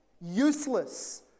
useless